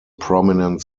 prominent